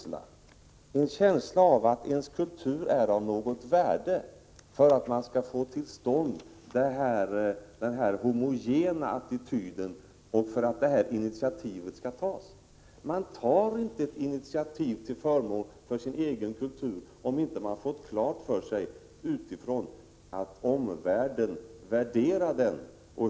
1987/88:42 en känsla av att ens kultur har något värde för att man skall få till stånd den 10 december 1987 homogena attityden och för att detta initiativ skall tas. Man tar inte ett. = 3 rm initiativ till förmån för sin egen kultur, om man inte utifrån fått klart för sig att omvärlden värderar den.